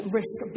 risk